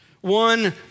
One